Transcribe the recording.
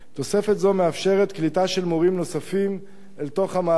תוספת זו מאפשרת קליטה של מורים נוספים אל תוך המערכת.